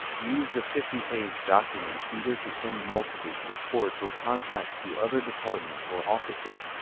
use the fifty page document feeder to send multipage reports or contracts to other departments or offices,